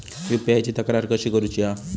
UPI ची तक्रार कशी करुची हा?